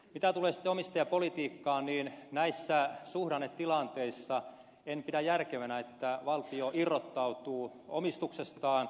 mitä tulee sitten omistajapolitiikkaan niin näissä suhdannetilanteissa en pidä järkevänä että valtio irrottautuu omistuksestaan